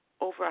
over